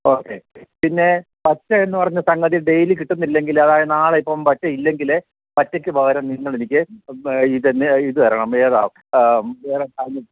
okay പിന്നെ വറ്റയെന്നു പറഞ്ഞ സംഗതി ഡെയിലി കിട്ടുന്നില്ലെങ്കില് അതായത് നാളെ ഇപ്പോള് വറ്റ ഇല്ലെങ്കില് വറ്റയ്ക്കുപകരം നിങ്ങളെനിക്ക് ഇതുതന്നെ ഇത് തരണം ഏതാണ്